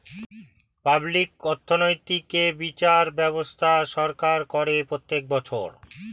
public অর্থনৈতিক এ বিচার ব্যবস্থা সরকার করে প্রত্যেক বছর